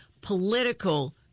political